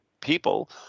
people